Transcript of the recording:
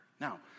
Now